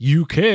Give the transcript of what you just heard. UK